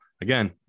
Again